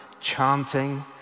chanting